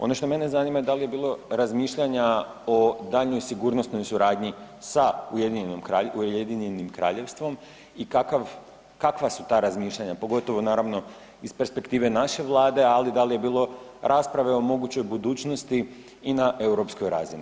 Ono što mene zanima dal je bilo razmišljanja o daljnjoj sigurnosnoj suradnji sa Ujedinjenim Kraljevstvom i kakva su ta razmišljanja, pogotovo naravno iz perspektive naše vlade, ali da li je bilo rasprave o mogućoj budućnosti i na europskoj razini?